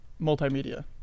multimedia